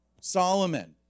Solomon